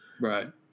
Right